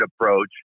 approach